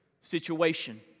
situation